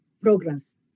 progress